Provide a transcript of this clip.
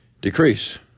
decrease